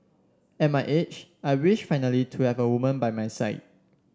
at my age I wish finally to have a woman by my side